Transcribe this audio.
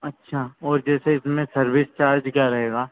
अच्छा और जैसे इसमें सर्विस चार्ज क्या रहेगा